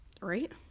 right